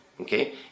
Okay